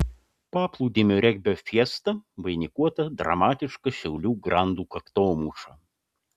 paplūdimio regbio fiesta vainikuota dramatiška šiaulių grandų kaktomuša